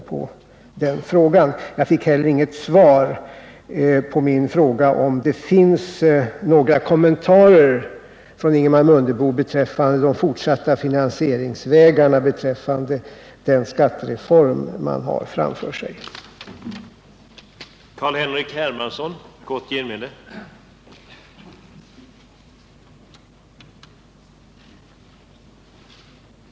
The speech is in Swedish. Inte heller fick jag något svar på min fråga, om Ingemar Mundebo har några kommentarer beträffande den fortsatta finansieringen av den skattereform som regeringen vill genomföra.